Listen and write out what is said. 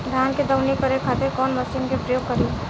धान के दवनी करे खातिर कवन मशीन के प्रयोग करी?